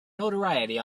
notoriety